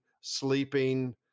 sleeping